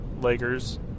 Lakers